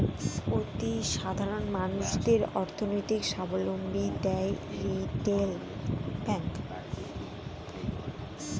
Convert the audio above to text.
অতি সাধারণ মানুষদের অর্থনৈতিক সাবলম্বী দেয় রিটেল ব্যাঙ্ক